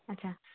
ਅੱਛਾ